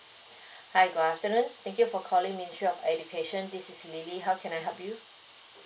hi good afternoon thank you for calling ministry of education this is L I L Y how can I help you